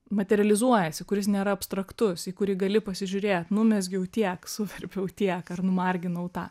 materializuojasi kuris nėra abstraktus į kurį gali pasižiūrėt numezgiau tiek suverpiau tiek numarginau tą